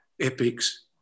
epics